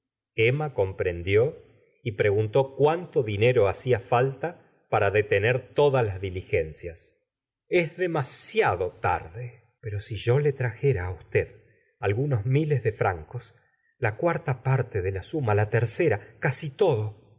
emma comprendió y preguntó cuánto dinero haria falta para detener todas las diligencias es demasiado tarde pero si yo le trajera á usted algunos miles de francos la cuarta parte de la suma la tercera casi todo